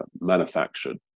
manufactured